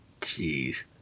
Jeez